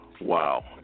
Wow